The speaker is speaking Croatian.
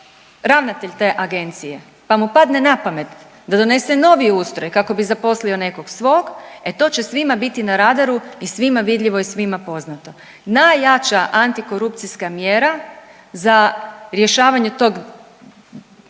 ravnatelj te agencije pa mu padne na pamet da donese novi ustroj kako bi zaposlio nekog svog, e to će svima biti na radaru i svima vidljivo i svima poznato. Najjača antikorupcijska mjera za rješavanje tog